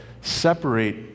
separate